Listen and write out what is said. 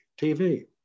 TV